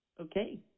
okay